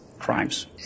crimes